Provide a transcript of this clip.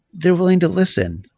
they're willing to listen.